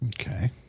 Okay